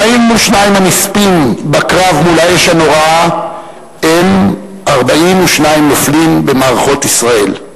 42 הנספים בקרב מול האש הנוראה הם 42 נופלים במערכות ישראל.